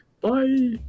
Bye